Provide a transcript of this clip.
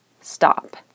Stop